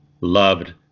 loved